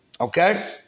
Okay